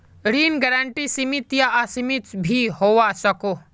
ऋण गारंटी सीमित या असीमित भी होवा सकोह